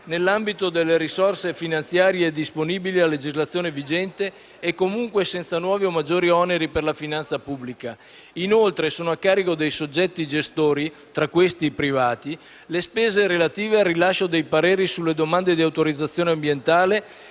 nell'ambito delle risorse finanziarie disponibili a legislazione vigente e comunque senza nuovi o maggiori oneri per la finanza pubblica. Inoltre, sono a carico dei soggetti gestori - tra questi i privati - le spese relative al rilascio dei pareri sulle domande di autorizzazione ambientale